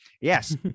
Yes